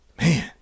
Man